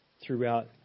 throughout